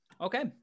Okay